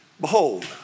Behold